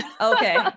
Okay